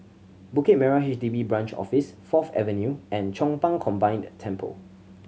Bukit Merah H D B Branch Office Fourth Avenue and Chong Pang Combined Temple